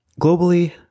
Globally